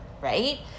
right